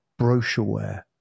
brochureware